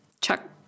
Chuck